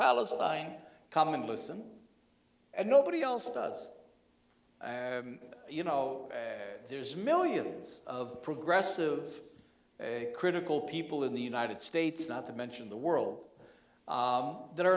palestine come in listen and nobody else does you know there's millions of progressive critical people in the united states not to mention the world that are